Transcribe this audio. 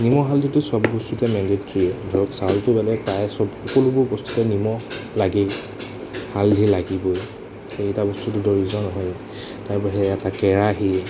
নিমখ হালধিটো সব বস্তুতে মেণ্ডেত্ৰিয়ে ধৰক চাউলটো বেলেগ প্ৰায় সব সকলোবোৰ বস্তুতে নিমখ লাগেই হালধি লাগিবই সেইকেইটা বস্তুটো প্ৰয়োজন হয় তাৰপৰা সেই এটা কেৰাহী